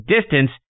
DISTANCE